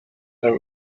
are